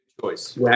choice